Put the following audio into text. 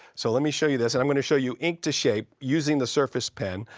so, let me show you this. and i'm going to show you ink to shape using the surface pen.